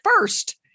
first